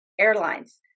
airlines